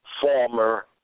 Former